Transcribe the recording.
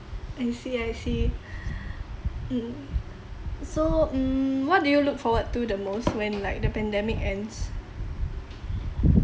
I see I see mm so mm what do you look forward to the most when like the pandemic ends